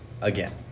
Again